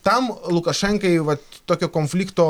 tam lukašenkai vat tokio konflikto